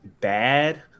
bad